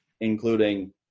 including